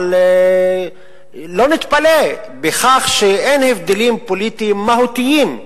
אבל לא נתפלא מכך שאין הבדלים פוליטיים מהותיים.